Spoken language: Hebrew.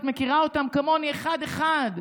את מכירה אותם כמוני אחד-אחד.